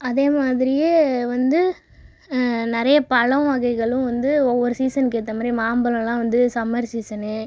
அதே மாதிரியே வந்து நிறைய பழ வகைகளும் வந்து ஒவ்வொரு சீசன்னுக்கு ஏற்ற மாதிரி மாம்பழமெலாம் வந்து சம்மர் சீசனு